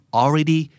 already